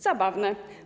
Zabawne.